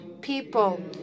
people